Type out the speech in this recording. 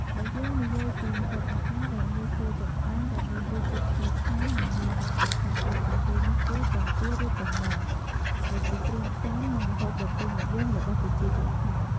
បើយើងនិយាយពីម្ហូបអាហារដែលងាយស្រួលចម្អិនដែលមានរសជាតិឈ្ងុយឆ្ងាញ់ និងមានតម្លៃសមរម្យជាងគេនោះគឺ ពងទាឬពងមាន់ ដែលជាគ្រឿងផ្សំនិងម្ហូបដ៏ពេញនិយមរបស់ប្រជាជនខ្មែរ។